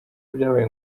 byabaye